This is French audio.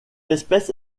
espèce